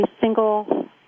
single